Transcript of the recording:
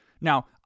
Now